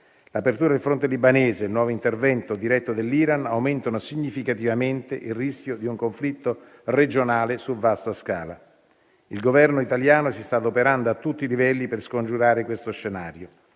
L'apertura del fronte libanese e il nuovo intervento diretto dell'Iran aumentano significativamente il rischio di un conflitto regionale su vasta scala. Il Governo italiano si sta adoperando a tutti i livelli per scongiurare questo scenario.